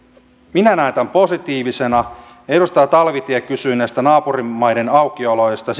minä näen tämän positiivisena edustaja talvitie kysyi näistä naapurimaiden aukioloajoista